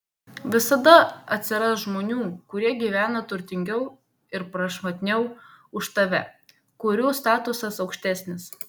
visada atsiras žmonių kurie gyvena turtingiau ir prašmatniau už tave kurių statusas aukštesnis